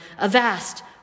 avast